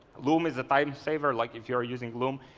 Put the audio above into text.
loom is a time saver. like if you're using loom,